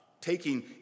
taking